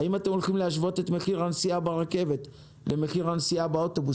האם אתם הולכים להשוות את מחיר הנסיעה ברכבת למחיר הנסיעה באוטובוס?